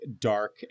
dark